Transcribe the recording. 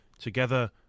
Together